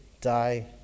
die